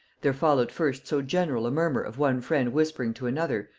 there followed first so general a murmur of one friend whispering to another,